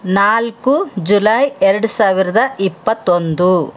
ನಾಲ್ಕು ಜುಲೈ ಎರಡು ಸಾವಿರದ ಇಪ್ಪತ್ತೊಂದು